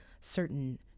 certain